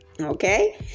Okay